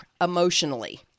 emotionally